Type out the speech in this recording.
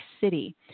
City